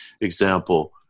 example